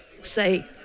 say